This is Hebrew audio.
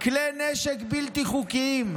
כלי נשק בלתי חוקיים.